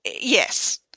yes